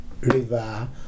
river